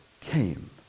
came